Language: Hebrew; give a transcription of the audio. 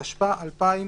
התשפ"א 2020